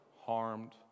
harmed